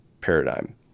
paradigm